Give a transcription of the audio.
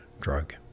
drug